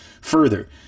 further